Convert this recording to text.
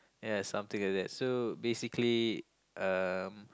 ya something like that so basically um